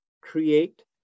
create